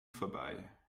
vorbei